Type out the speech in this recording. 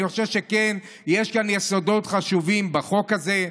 אני חושב שכן, יש כאן יסודות חשובים בחוק הזה.